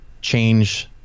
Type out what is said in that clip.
change